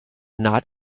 not